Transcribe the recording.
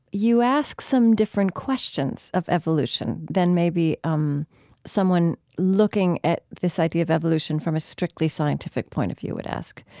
you ask some different questions of evolution than maybe um someone looking at this idea of evolution from a strictly scientific point of view would ask.